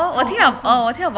house house house